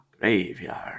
Graveyard